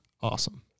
awesome